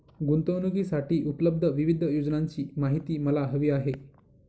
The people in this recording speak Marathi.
गुंतवणूकीसाठी उपलब्ध विविध योजनांची माहिती मला हवी आहे